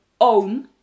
own